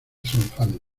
triunfantes